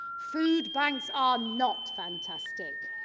food banks are not fantastic!